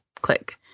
Click